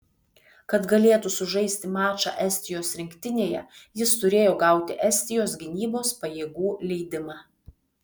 kad galėtų sužaisti mačą estijos rinktinėje jis turėjo gauti estijos gynybos pajėgų leidimą